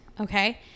Okay